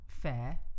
fair